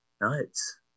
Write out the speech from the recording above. nuts